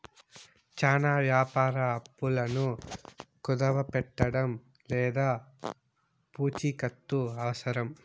చానా వ్యాపార అప్పులను కుదవపెట్టడం లేదా పూచికత్తు అవసరం